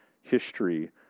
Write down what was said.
history